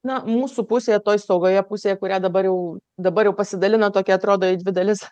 na mūsų pusėje toje saugioje pusėje kurią dabar jau dabar jau pasidalino tokia atrodo į dvi dalis